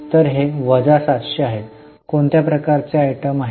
तर हे वजा 700 आहे कोणत्या प्रकारचे आयटम आहे